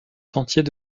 sentiers